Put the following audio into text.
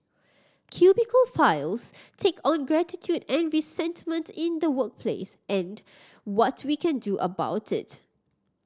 Cubicle Files take on gratitude and resentment in the workplace and what we can do about it